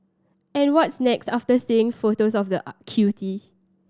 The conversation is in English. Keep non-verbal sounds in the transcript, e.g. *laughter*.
and what's next after seeing photos of the *unintelligible* cutie